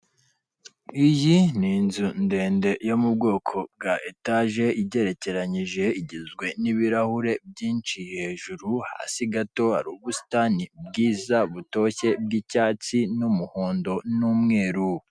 Iyi ni inzu ndende yo mu bwoko bwa etaje igerekeranije, igizwe n'ibirahure byinshi hejuru, hasi gato ubusitani bwiza butoshye, bw'icyatsi n'umuhondo n'umweru.